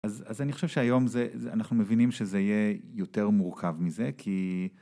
אז אני חושב שהיום אנחנו מבינים שזה יהיה יותר מורכב מזה כי